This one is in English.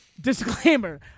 disclaimer